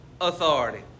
authority